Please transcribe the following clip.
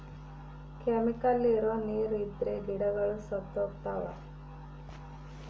chemical ಇರೋ ನೀರ್ ಇದ್ರೆ ಗಿಡಗಳು ಸತ್ತೋಗ್ತವ